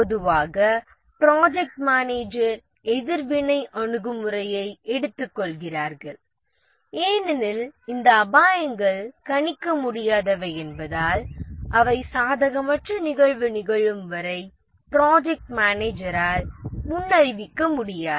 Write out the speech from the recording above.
பொதுவாக project manager எதிர்வினை அணுகுமுறையை எடுத்துக்கொள்கிறார்கள் ஏனெனில் இந்த அபாயங்கள் கணிக்க முடியாதவை என்பதால் அவை சாதகமற்ற நிகழ்வு நிகழும் வரை ப்ராஜெக்ட் மேனேஜரால் முன்னறிவிக்க முடியாது